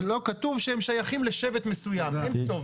כתוב שהם שייכים לשבט מסוים, אין כתובת.